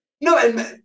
No